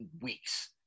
weeks